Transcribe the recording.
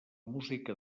música